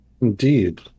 Indeed